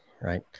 right